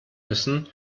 müssen